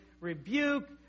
rebuke